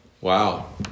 Wow